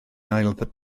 ail